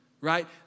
right